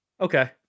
okay